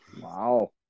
Wow